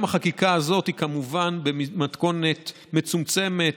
גם החקיקה הזאת היא, כמובן, במתכונת מצומצמת,